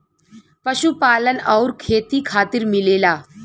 पशुपालन आउर खेती खातिर मिलेला